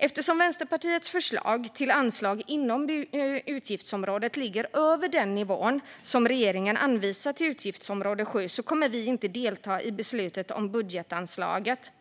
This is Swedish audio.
Eftersom Vänsterpartiets förslag till anslag inom utgiftsområdet ligger över den nivå som regeringen anvisar till utgiftsområde 7 kommer vi inte att delta i beslutet om budgetanslaget.